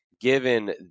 given